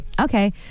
Okay